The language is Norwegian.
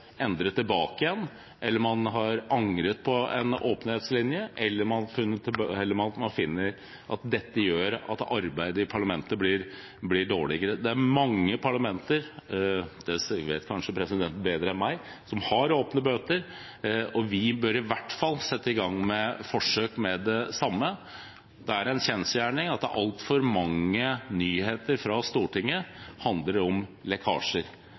endret tilbake, at man har angret på åpenhetslinjen, eller at man har funnet at arbeidet i parlamentet ble dårligere. Det er mange parlamenter – det vet kanskje presidenten bedre enn meg – som har åpne møter, og vi bør i hvert fall sette i gang forsøk med det med det samme. Det er en kjensgjerning at altfor mange nyheter fra Stortinget handler om lekkasjer.